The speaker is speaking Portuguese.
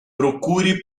procure